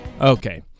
okay